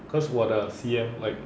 cause water C_M like